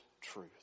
truth